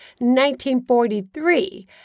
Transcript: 1943